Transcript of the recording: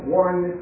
one